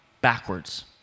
backwards